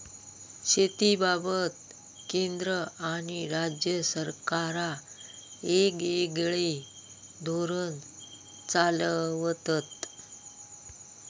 शेतीबाबत केंद्र आणि राज्य सरकारा येगयेगळे धोरण चालवतत